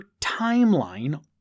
timeline